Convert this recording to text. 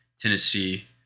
Tennessee